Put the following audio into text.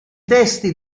testi